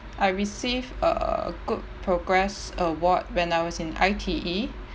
I received a good progress award when I was in I_T_E